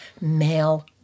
male